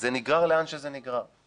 זה נגרר לאן שזה נגרר.